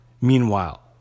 Meanwhile